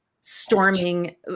storming